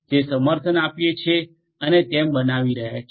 જે સમર્થન આપીએ છીએ તેમ બનાવી રહ્યા છીએ